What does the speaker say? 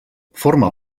forma